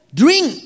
drink